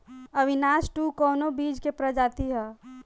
Avinash two कवने बीज क प्रजाति ह?